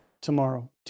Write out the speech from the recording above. tomorrow